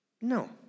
No